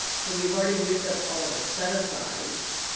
so we've already used up all of the set-asides.